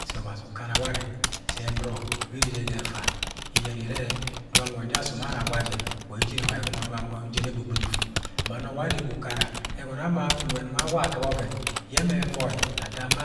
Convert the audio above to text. Se obazi ukana warẹ sẹ nurọ bẹ ire jẹ ga ẹfa lyẹnẹ irẹ dọng anuẹed Jẹ yẹ asom ara aula jẹ ula arẹ eje ẹgọmọ jẹn ẹgbɨ gɨno efu, ma nọ ụlẹ are ga ukara ẹgọnọ ama nwẹd nulẹ aula akɨp ọvẹn yẹ ẹmẹ ẹvọi ada ma